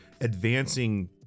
advancing